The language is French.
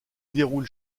déroule